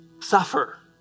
suffer